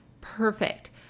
perfect